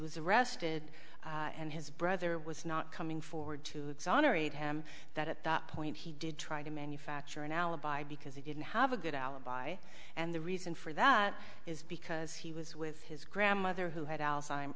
was arrested and his brother was not coming forward to exonerate him that at that point he did try to manufacture an alibi because he didn't have a good alibi and the reason for that is because he was with his grandmother who had al